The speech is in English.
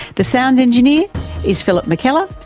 the sound engineer is phillip mackellar.